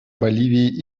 боливии